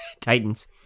Titans